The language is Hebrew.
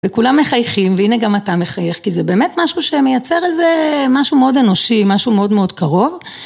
וכולם מחייכים והנה גם אתה מחייך, כי זה באמת משהו שמייצר איזה משהו מאוד אנושי, משהו מאוד מאוד קרוב.